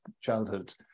childhood